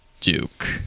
Duke